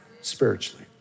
Spiritually